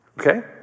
Okay